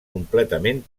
completament